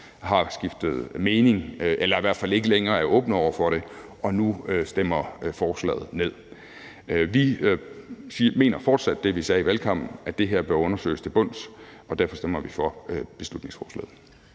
har skiftet mening, eller i hvert fald ikke længere er åbne over for det og nu stemmer forslaget ned. Vi mener fortsat det, vi sagde i valgkampen: at det her bør undersøges til bunds, og derfor stemmer vi for beslutningsforslaget.